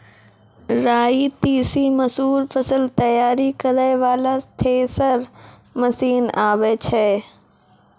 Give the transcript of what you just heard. राई तीसी मसूर फसल तैयारी करै वाला थेसर मसीन आबै छै?